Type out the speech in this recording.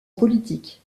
politique